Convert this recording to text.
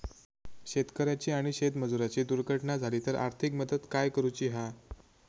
शेतकऱ्याची आणि शेतमजुराची दुर्घटना झाली तर आर्थिक मदत काय करूची हा?